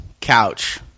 Couch